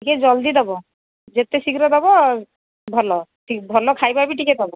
ଟିକେ ଜଲ୍ଦି ଦେବ ଯେତେ ଶୀଘ୍ର ଦେବ ଭଲ ଭଲ ଖାଇବା ବି ଟିକେ ଦେବ